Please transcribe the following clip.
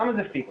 למה זה פיקציה?